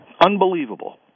Unbelievable